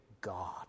God